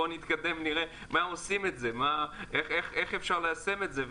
בוא נתקדם ונראה איך אפשר ליישם את זה.